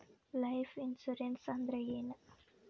Life insurance ಅಂದ್ರ ಏನ?